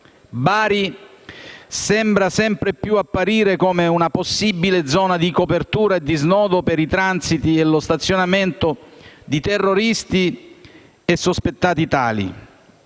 Bari appare sempre più come una possibile zona di copertura e di snodo per il transito e lo stazionamento di terroristi e sospettati tali.